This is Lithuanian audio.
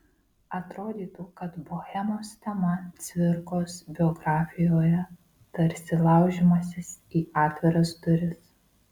atrodytų kad bohemos tema cvirkos biografijoje tarsi laužimasis į atviras duris